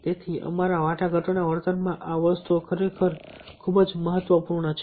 તેથી અમારા વાટાઘાટોના વર્તનમાં આ વસ્તુઓ ખરેખર ખૂબ જ મહત્વપૂર્ણ છે